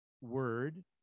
word